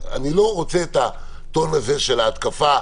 אני לא רוצה את הטון הזה של התקפה.